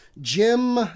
Jim